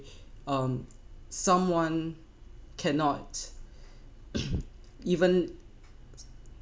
um someone cannot even